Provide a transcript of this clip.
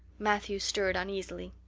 matthew stirred uneasily.